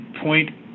point